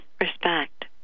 Respect